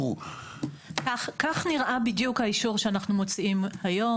כך נראה בדיוק האישור שאנחנו מוציאים היום.